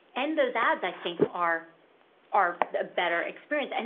and those ads, i think, are are a better experience. and